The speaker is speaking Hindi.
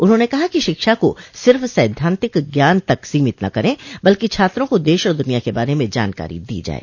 उन्होंने कहा कि शिक्षा को सिर्फ सैद्धान्तिक ज्ञान तक सीमित न करे बल्कि छात्रों को देश और दुनिया के बारे में जानकारी दी जाये